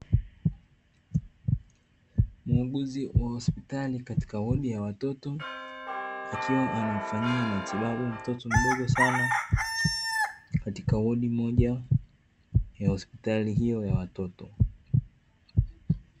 Muuguzi wa hospitali katika hodi ya watoto akiwa anamfanyia matibabu mtoto mdogo sana katika hodi moja ya hospitali hiyo ya watoto.